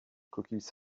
coquilles